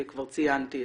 כבר ציינתי,